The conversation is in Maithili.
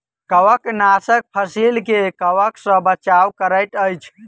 कवकनाशक फसील के कवक सॅ बचाव करैत अछि